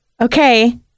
Okay